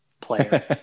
player